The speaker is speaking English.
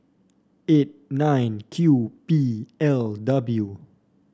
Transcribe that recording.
eight nine Q P L W